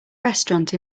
restaurant